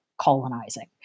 colonizing